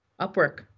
Upwork